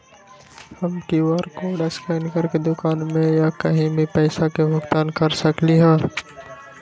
हम QR code scan करके दुकान में या कहीं भी पैसा के भुगतान कर सकली ह?